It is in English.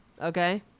Okay